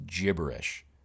gibberish